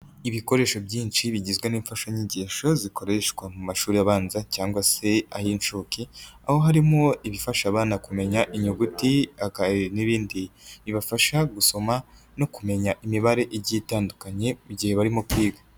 Ibikoresho byinshi bigizwe n'imfashanyigisho zikoreshwa mu mashuri abanza cyangwa se ay'inshuke, aho harimo ibifasha abana kumenya inyuguti n'ibindi bibafasha gusoma no kumenya imibare igiye itandukanye mu gihe barimo kwiga.